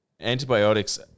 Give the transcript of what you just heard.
antibiotics